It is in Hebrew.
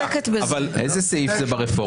איזה סעיף זה ברפורמה?